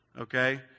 Okay